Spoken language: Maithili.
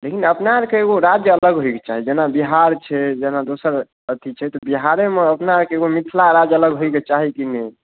लेकिन अपना आरके एगो राज्य अलग होइके चाही जेना बिहार छै जेना दोसर अथी छै तऽ बिहारेमे अपना आरके एगो मिथिला राज्य अलग होइके चाही की नहि